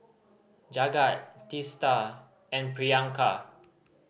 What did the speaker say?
Jagat Teesta and Priyanka